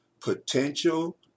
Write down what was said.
potential